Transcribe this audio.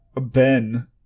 Ben